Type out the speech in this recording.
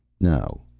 no.